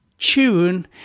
Tune